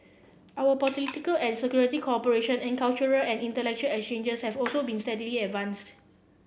our political and security cooperation and cultural and intellectual exchanges have also been steadily advanced